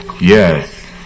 Yes